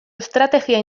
estrategia